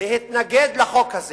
להתנגד לחוק הזה